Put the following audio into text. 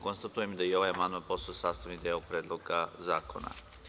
Konstatujem da je ovaj amandman postao sastavni deo Predloga zakona.